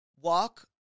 Walk